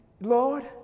Lord